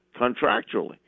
contractually